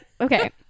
Okay